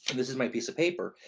this is my piece of paper.